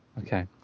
Okay